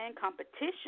competition